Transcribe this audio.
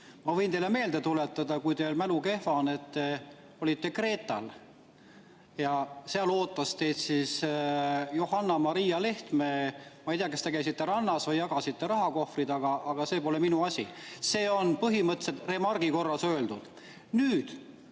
Ma võin teile meelde tuletada, kui teil mälu kehva on, et te olite Kreetal ja seal ootas teid Johanna-Maria Lehtme. Ma ei tea, kas te käisite rannas või jagasite rahakohvreid, aga see pole minu asi. See on põhimõtteliselt remargi korras öeldud. Nüüd